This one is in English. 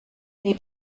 they